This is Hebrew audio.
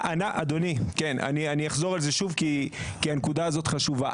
אני אחזור על זה שוב כי הנקודה הזאת חשובה.